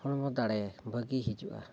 ᱦᱚᱲᱢᱚ ᱫᱟᱲᱮ ᱵᱷᱟᱹᱜᱤ ᱦᱤᱡᱩᱜᱼᱟ